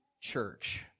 church